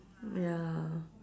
ya